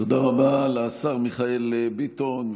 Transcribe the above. תודה רבה לשר מיכאל ביטון,